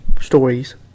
stories